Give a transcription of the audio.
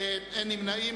אין נמנעים.